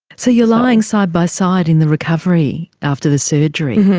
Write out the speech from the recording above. so you are lying side by side in the recovery after the surgery,